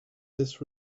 this